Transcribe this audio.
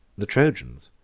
the trojans,